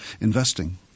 investing